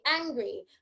angry